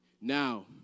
Now